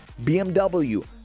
BMW